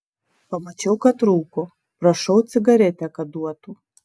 pamačiau kad rūko prašau cigaretę kad duotų